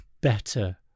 better